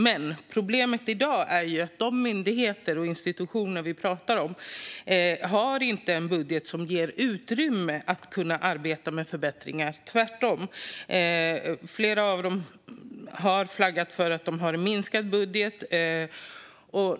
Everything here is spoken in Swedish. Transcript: Men problemet i dag är att de myndigheter och institutioner vi pratar om inte har en budget som ger utrymme att arbeta med förbättringar. Tvärtom har flera av dem flaggat för att de har en minskad budget.